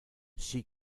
she